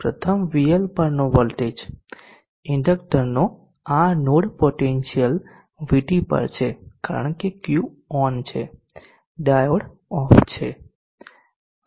પ્રથમ VL પરનો voltage ઇન્ડક્ટરનો આ નોડ પોટેન્શિયલ VT પર છે કારણ કે Q ઓન છે ડાયોડ ઓફ છે